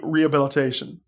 Rehabilitation